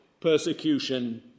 Persecution